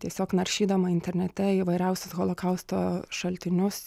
tiesiog naršydama internete įvairiausius holokausto šaltinius